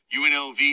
UNLV